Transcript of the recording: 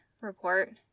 report